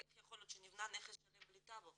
כי איך יכול להיות שנבנה נכס שלם בלי טאבו?